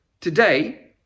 Today